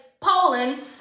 Poland